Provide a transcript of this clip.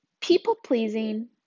People-pleasing